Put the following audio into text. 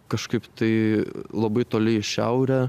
kažkaip tai labai toli į šiaurę